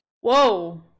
Whoa